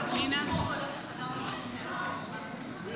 מישהו יכול להסביר לי?